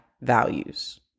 values